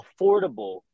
affordable